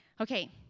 Okay